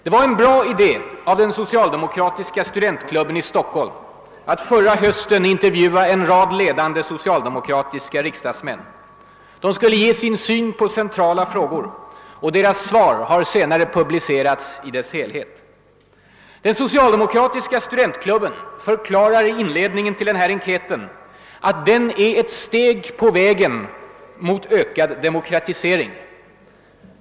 Det var en bra idé av den socialdemokratiska studentgruppen i Stockholm att förra hösten låta intervjua en rad ledande socialdemokratiska riksdagsmän. De skulle ge sin syn på centrala samhällsfrågor, och deras svar har senare publicerats i sin helhet. Den socialdemokratiska studentklubben förklarar i inledningen till enkäten att denna är »ett steg på vägen mot ökad demokratisering».